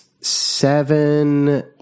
seven